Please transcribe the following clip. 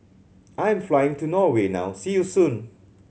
I'm flying to Norway now see you soon